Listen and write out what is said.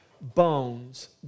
bones